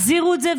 תחזירו את זה,